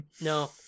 No